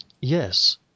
Yes